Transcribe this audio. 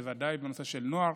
בוודאי בנושא של נוער.